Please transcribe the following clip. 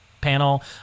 panel